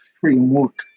framework